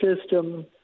system